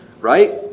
right